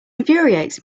infuriates